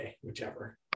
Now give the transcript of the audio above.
whichever